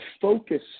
focus